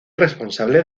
responsable